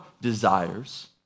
desires